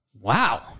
Wow